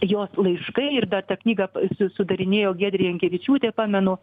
jos laiškai ir dar tą knygą su sudarinėjo giedrė jankevičiūtė pamenu